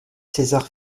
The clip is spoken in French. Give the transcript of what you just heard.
césar